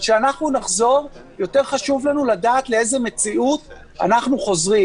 חשוב לנו לדעת לאיזו מציאות אנחנו חוזרים.